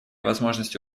возможности